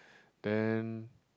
then